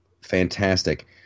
fantastic